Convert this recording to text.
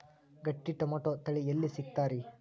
ಗಟ್ಟಿ ಟೊಮೇಟೊ ತಳಿ ಎಲ್ಲಿ ಸಿಗ್ತರಿ?